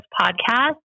podcast